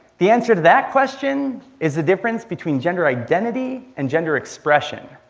the answer to that question is the difference between gender identity and gender expression.